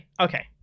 okay